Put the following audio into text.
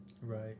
Right